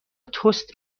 تست